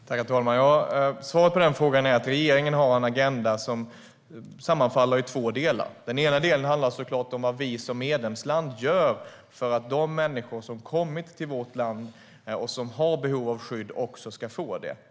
Herr talman! Svaret på frågan är att regeringen har en agenda i två delar som sammanfaller. Den ena delen handlar om vad vi som medlemsland gör för att de människor som kommit till vårt land och som har behov av skydd ska få det.